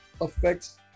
affects